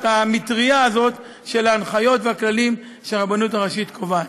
המטרייה הזאת של ההנחיות והכללים שהרבנות הראשית קובעת.